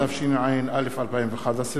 התשע"א 2011,